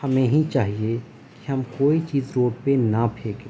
ہمیں ہی چاہیے کہ ہم کوئی چیز روڈ پہ نہ پھینکیں